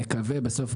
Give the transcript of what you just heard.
בסוף,